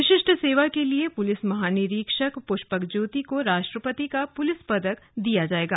विशिष्ट सेवा के लिए पुलिस महानिरीक्षक पुष्पक ज्योति को राष्ट्रपति का पुलिस पदक दिया जाएगा